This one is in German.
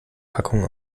packung